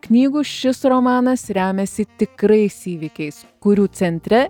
knygų šis romanas remiasi tikrais įvykiais kurių centre